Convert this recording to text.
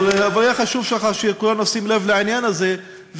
אבל חשוב שכולנו נשים לב לעניין הזה.